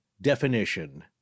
definition